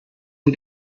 and